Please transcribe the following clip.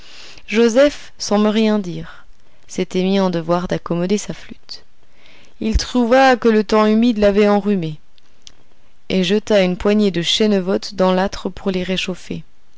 joseph sans me rien dire s'étais mis en devoir d'accommoder sa flûte il trouva que le temps humide l'avait enrhumée et jeta une poignée de chènevottes dans l'âtre pour l'y réchauffer